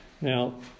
Now